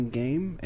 game